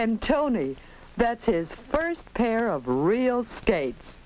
and tony that's his first pair of real estate